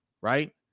right